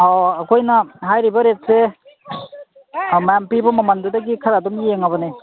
ꯑꯩꯈꯣꯏꯅ ꯍꯥꯏꯔꯤꯕ ꯔꯦꯠꯁꯦ ꯃꯌꯥꯝ ꯄꯤꯕ ꯃꯃꯟꯗꯨꯗꯒꯤ ꯈꯔ ꯑꯗꯨꯝ ꯌꯦꯡꯂꯕꯅꯦ